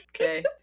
okay